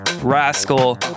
rascal